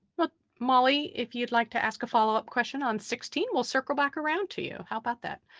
but molly. if you'd like to ask a follow up question on sixteen we'll circle back around to you. how about that?